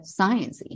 sciencey